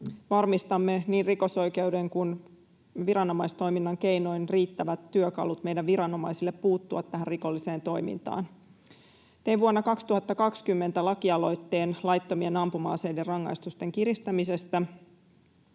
varmistamme niin rikosoikeuden kuin viranomaistoiminnan keinoin riittävät työkalut meidän viranomaisille puuttua tähän rikolliseen toimintaan. Tein vuonna 2020 lakialoitteen laittomien ampuma-aseiden rangaistusten kiristämisestä.